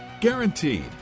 Guaranteed